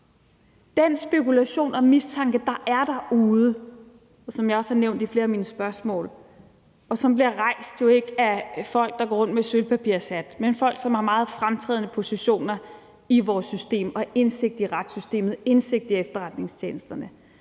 den spekulation og mistanke, der er derude, og som jeg også har nævnt i flere af mine spørgsmål, jo ikke rejst af folk, som går rundt med sølvpapirshat, men af folk, som har meget fremtrædende positioner i vores system, og som har indsigt i retssystemet og i efterretningstjenesterne.